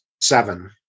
seven